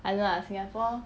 I don't know lah singapore